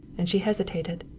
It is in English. and she hesitated.